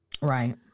Right